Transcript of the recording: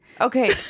okay